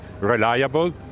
reliable